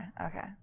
okay